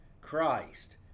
christ